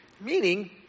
Meaning